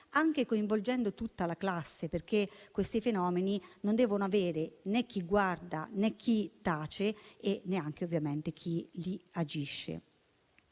anche coinvolgendo tutta la classe. Infatti questi fenomeni non devono avere né chi guarda né chi tace e neanche chi li agisce.